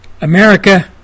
America